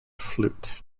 flute